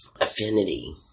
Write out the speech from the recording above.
affinity